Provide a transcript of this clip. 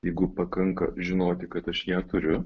jeigu pakanka žinoti kad aš ją turiu